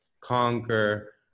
conquer